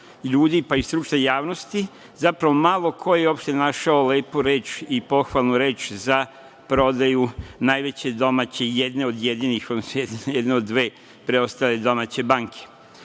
pa i stručna javnost, zapravo malo ko je uopšte našao lepu i pohvalnu reč za prodaju najveće domaće, jedne od dve preostale domaće banke. To